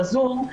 בזום,